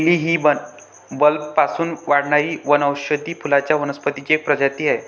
lily ही बल्बपासून वाढणारी वनौषधी फुलांच्या वनस्पतींची एक प्रजाती आहे